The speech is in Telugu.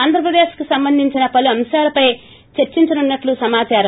ఆంధ్రప్రదేశ్ కి సంబంధించిన పలు అంశాలపై చర్చించనున్నట్టు సమాచారం